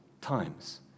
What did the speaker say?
times